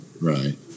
Right